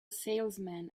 salesman